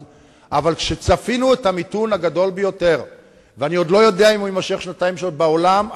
החולשות הגדולות ביותר בישראל היא